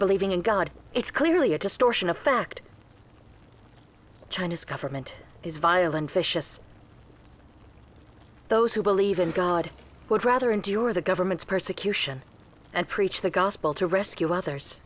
believing in god it's clearly a distortion of fact china's government is violent vicious those who believe in god would rather endure the governments persecution and preach the gospel to rescue others